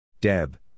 Deb